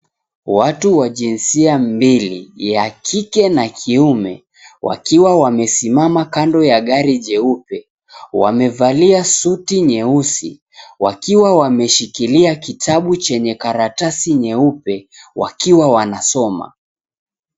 Watu wa jinsia mbili, ya kike na kiume wakiwa wamesimama kando ya gari jeupe, wamevalia suti nyeusi wakiwa wameshikilia kitabu chenye karatasi nyeupe wakiwa wanasoma.